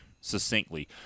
succinctly